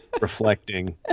reflecting